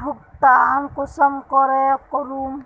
भुगतान कुंसम करे करूम?